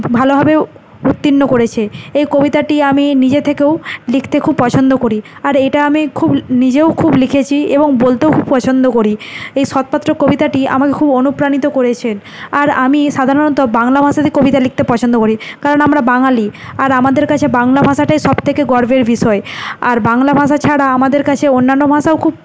ভালোভাবেও উত্তীণ্ণ করেছে এই কবিতাটি আমি নিজে থেকেও লিখতে খুব পছন্দ করি আর এটা আমি খুব নিজেও খুব লিখেছি এবং বলতেও খুব পছন্দ করি এই সৎপাত্র কবিতাটি আমাকে খুব অনুপ্রাণিত করেছেন আর আমি সাধারণত বাংলা ভাষাতে কবিতা লিখতে পছন্দ করি কারণ আমরা বাঙালি আর আমাদের কাছে বাংলা ভাষাটাই সব থেকে গর্বের বিষয় আর বাংলা ভাষা ছাড়া আমাদের কাছে অন্যান্য ভাষাও খুব